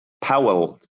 Powell